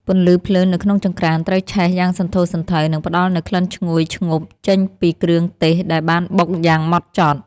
ពន្លឺភ្លើងនៅក្នុងចង្រ្កានត្រូវឆេះយ៉ាងសន្ធោសន្ធៅ និង ផ្តល់នូវក្លិនឈ្ងុយឈ្ងប់ចេញពីគ្រឿងទេសដែលបានបុកយ៉ាងម៉ត់ចត់។